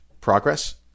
progress